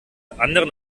anderen